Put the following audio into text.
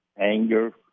anger